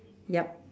yup